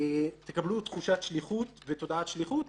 תקבלו תחושת שליחות ותודעת שליחות,